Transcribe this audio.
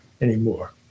anymore